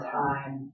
time